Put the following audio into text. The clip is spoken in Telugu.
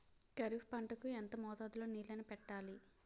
ఖరిఫ్ పంట కు ఎంత మోతాదులో నీళ్ళని పెట్టాలి?